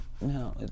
no